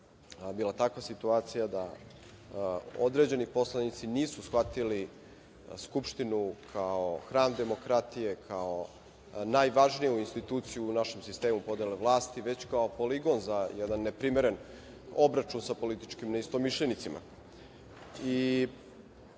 bila takva situacija da određeni poslanici nisu shvatili Skupštinu kao hram demokratije, kao najvažniju instituciju u našem sistemu podele vlasti, već kao poligon za jedan neprimeren obračun sa političkim neistomišljenicima. Uvek